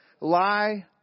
lie